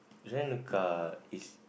rent a car it's